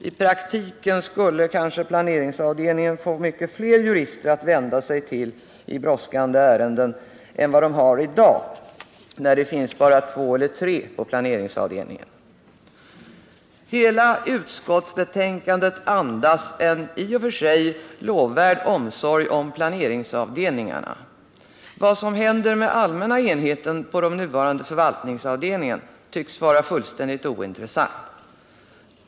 I praktiken skulle kanske planeringsavdelningen få många fler jurister att vända sig till i brådskande ärenden än vad den har i dag, när det finns två eller tre på planeringsavdelningen. Hela utskottsbetänkandet andas en i och för sig lovvärd omsorg om planeringsavdelningen. Vad som händer med allmänna enheten på den nuvarande förvaltningsavdelningen tycks vara fullständigt ointressant.